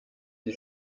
die